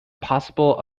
possible